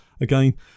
Again